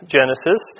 Genesis